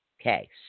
Okay